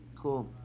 Cool